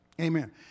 Amen